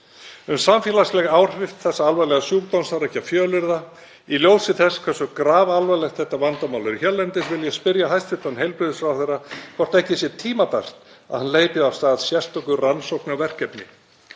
Um samfélagsleg áhrif þessa alvarlega sjúkdóms þarf ekki að fjölyrða en í ljósi þess hversu grafalvarlegt þetta vandamál er hérlendis vil ég spyrja hæstv. heilbrigðisráðherra hvort ekki sé tímabært að hann hleypi af stað sérstöku rannsóknarverkefni.